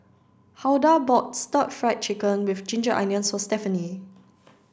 Hulda bought stir fried chicken with ginger onions for Stephany